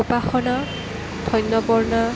Upasana Dhanyaparna